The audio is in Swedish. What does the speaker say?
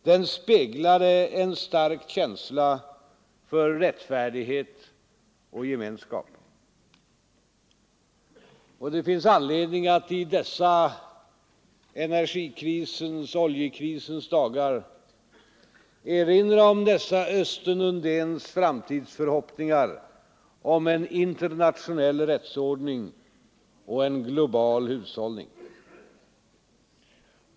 Den speglade en stark känsla för rättfärdighet och gemenskap. Det finns anledning att i dessa oljekrisens dagar erinra om dessa Östen Undéns framtidsförhoppningar på en internationell rättsordning och en global hushållning.